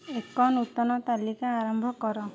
ଏକ ନୂତନ ତାଲିକା ଆରମ୍ଭ କର